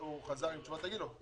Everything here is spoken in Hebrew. תגיד לו.